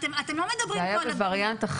את לא הבאת לי